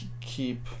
keep